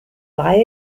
lie